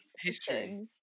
history